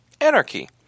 Anarchy